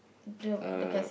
uh